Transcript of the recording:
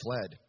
fled